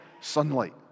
sunlight